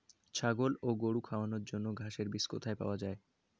ছাগল ও গরু খাওয়ানোর জন্য ঘাসের বীজ কোথায় পাওয়া যায়?